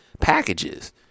packages